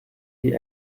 die